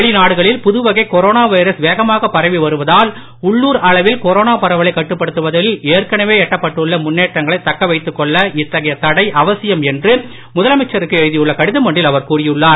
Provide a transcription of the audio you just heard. வெளிநாடுகளில்புதுவகைகொரோனாவைரஸ்வேகமாகபரவிவருவதால்உ ள்ளுர்அளவில்கொரோனாபரவலைகட்டுப்படுத்துவதில்ஏற்கனவேஎட்டப் பட்டுள்ளமுன்னேற்றங்களைதக்கவைத்துக்கொள்ளஇத்தகையதடைஅவசி யம்என்றுமுதலமைச்சருக்குஎழுதியுள்ளகடிதம்ஒன்றில்அவர்கூறியுள்ளார்